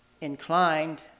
inclined